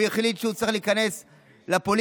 הוא החליט שהוא צריך להיכנס לפוליטיקה,